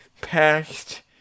past